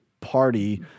party